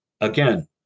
again